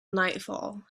nightfall